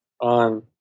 on